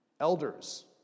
Elders